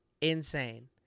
Insane